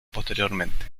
posteriormente